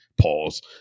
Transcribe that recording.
Pause